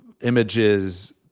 images